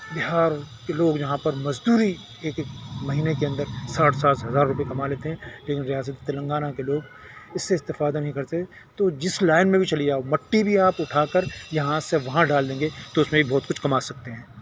بہار کے لوگ یہاں پر مزدوری ایک ایک مہینے کے اندر ساٹھ ساٹھ ہزار روپیے کما لیتے ہیں لیکن ریاست تنگانہ کے لوگ اس سے استفادہ نہیں کرتے تو جس لائن میں بھی چلیے آپ مٹی بھی آپ اٹھا کر یہاں سے وہاں ڈال دیں گے تو اس میں بھی بہت کچھ کما سکتے ہیں